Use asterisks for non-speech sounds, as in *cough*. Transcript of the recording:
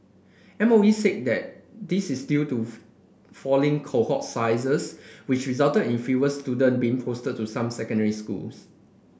M O E said that this is due to *unintelligible* falling cohort sizes which resulted in fewer student being posted to some secondary schools